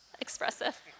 expressive